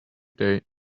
day